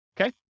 Okay